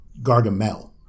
Gargamel